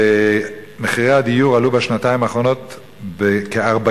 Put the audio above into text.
ומחירי הדיור עלו בשנתיים האחרונות בכ-40%.